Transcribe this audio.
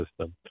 system